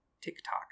tiktok